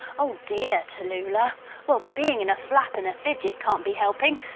oh dear tallulah well being in a flap and a fidget can't be helping.